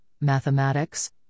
mathematics